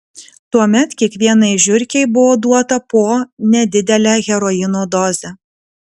tuomet kiekvienai žiurkei buvo duota po nedidelę heroino dozę